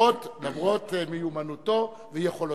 למרות מיומנותו ויכולותיו.